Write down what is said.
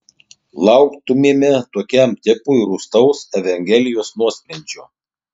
lauktumėme tokiam tipui rūstaus evangelijos nuosprendžio